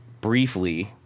Briefly